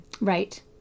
Right